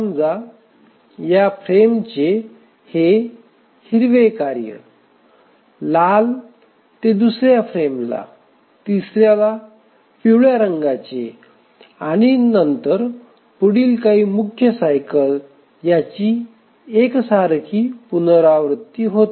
समजा या पहिल्या फ्रेमचे हे हिरवे कार्य लाल ते दुसर्या फ्रेमला तिसर्याला पिवळ्या रंगाचे आणि नंतर पुढील काही मुख्य सायकल याची एकसारखी पुनरावृत्ती होते